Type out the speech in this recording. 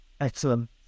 Excellent